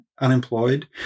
unemployed